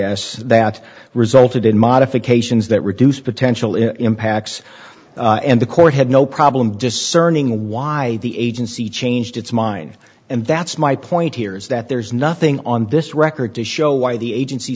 that resulted in modifications that reduce potential impacts and the court had no problem discerning why the agency changed its mind and that's my point here is that there's nothing on this record to show